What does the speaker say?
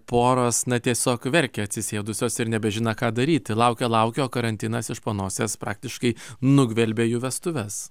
poros na tiesiog verkė atsisėdusios ir nebežino ką daryti laukia laukia o karantinas iš panosės praktiškai nugvelbė jų vestuves